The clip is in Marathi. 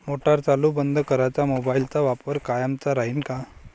मोटार चालू बंद कराच मोबाईलचा वापर कामाचा राहीन का?